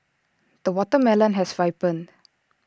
the watermelon has ripened